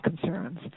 concerns